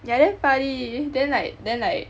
yeah damn funny then like then like